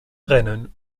rennen